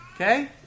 Okay